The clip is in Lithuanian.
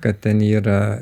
kad ten yra